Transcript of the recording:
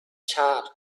charred